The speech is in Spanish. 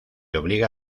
obliga